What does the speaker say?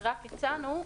רק הצענו,